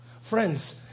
Friends